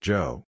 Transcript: Joe